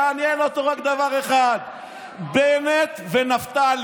מעניין אותו רק דבר אחד: בנט ונפתלי.